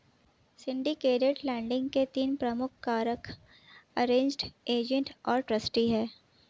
syndicated lending के तीन प्रमुख कारक अरेंज्ड, एजेंट और ट्रस्टी हैं